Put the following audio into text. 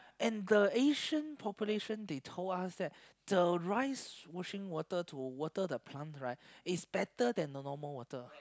and the Asian population they told us that rice washing water to water the plant right is better than normal water